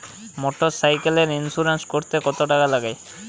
মোটরসাইকেলের ইন্সুরেন্স করতে কত টাকা লাগে?